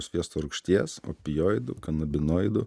sviesto rūgšties opioidų kanabinoidų